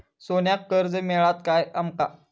सोन्याक कर्ज मिळात काय आमका?